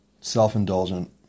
self-indulgent